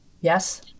Yes